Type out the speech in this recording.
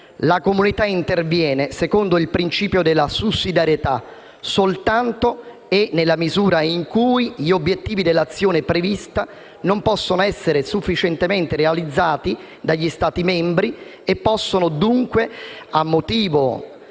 la comunità interviene secondo il principio della sussidiarietà soltanto e nella misura in cui gli obiettivi dell'azione prevista non possano essere sufficientemente realizzati dagli Stati membri e possono, dunque, a motivo